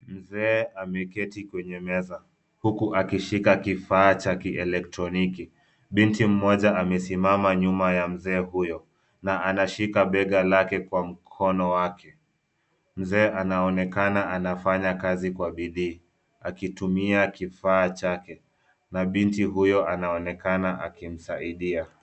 Mzee ameketi kwenye meza, huku akishika kifaa cha kielektroniki. Binti mmoja amesimama nyuma ya mzee huyo na anashika bega lake kwa mkono wake. Mzee anaonekana anafanya kazi kwa bidii akitumia kifaa chake na binti huyo anaonekana akimsaidia.